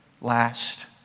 last